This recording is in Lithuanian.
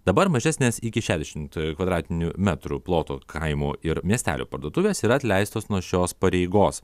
dabar mažesnės iki šešiasdešim kvadratinių metrų ploto kaimo ir miestelių parduotuvės yra atleistos nuo šios pareigos